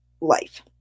life